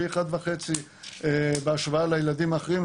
פי אחד וחצי בהשוואה לילדים האחרים,